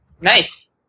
Nice